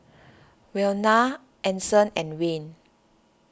Wynona Anson and Wayne